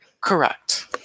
Correct